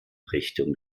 richtung